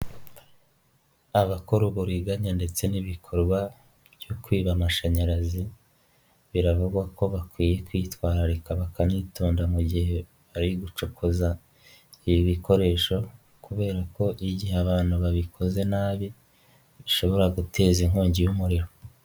Abakora uburiganya ndetse n'ibikorwa byo kwiba amashanyarazi, biravugwa ko bakwiye kwitwararika bakanyitonda mu gihe ari gucokoza ibikoresho, kubera ko igihe abantu babikoze nabi bishobora guteza inkongi y'umuriro.